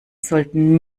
sollten